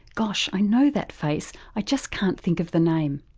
gosh, i know that face, i just can't think of the name.